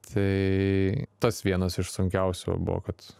tai tas vienas iš sunkiausių buvo kad